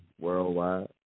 Worldwide